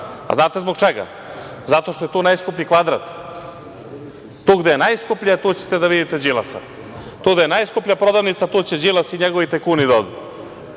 li znate zbog čega? Zato što je tu najskuplji kvadrat. Tu gde je najskuplje, tu ćete da vidite Đilasa. Tu gde je najskuplja prodavnica, tu će Đilas i njegovi tajkuni da odu. Ne